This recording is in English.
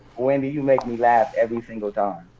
wendy, you make me laugh every single time.